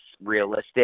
realistic